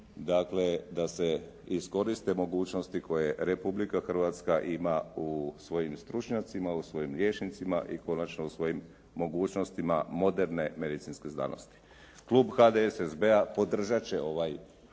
Dakle da se iskoriste mogućnosti koje Republika Hrvatska ima u svojim stručnjacima, u svojim liječnicima i konačno u svojim mogućnostima moderne medicinske znanosti. Klub HDSSB-a podržat će ovaj